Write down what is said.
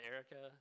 Erica